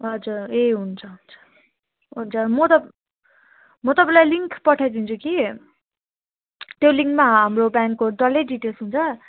हजुर ए हुन्छ हुन्छ हुन्छ म त म तपाईँलाई लिङ्क पठाइदिन्छु कि त्यो लिङ्कमा हाम्रो ब्याङ्कको डल्लै डिटेल्स् हुन्छ